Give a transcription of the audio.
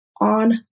on